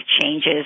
changes